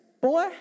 boy